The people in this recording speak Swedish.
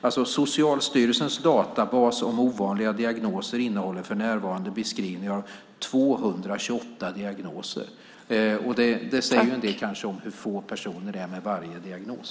Socialstyrelsens databas för ovanliga diagnoser innehåller för närvarande beskrivningar av 228 diagnoser. Det säger kanske en del om hur få personer det är med varje diagnos.